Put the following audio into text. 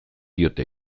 diote